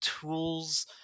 tools